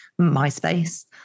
MySpace